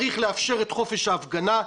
צריך לאפשר את חופש ההפגנה,